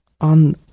on